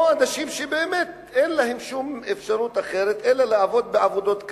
או אנשים שבאמת אין להם שום אפשרות אחרת אלא לעבוד בעבודות כאלה.